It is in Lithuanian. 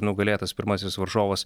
nugalėtas pirmasis varžovas